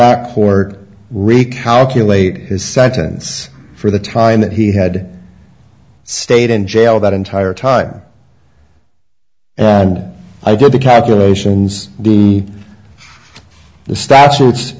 that court recalculate his sentence for the time that he had stayed in jail that entire time and i did the calculations the statutes